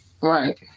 right